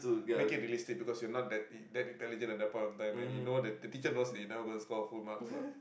make it realistic because you are not that that intelligent at that point of time and you know the teacher knows you're never gonna score full marks lah